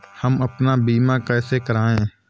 हम अपना बीमा कैसे कराए?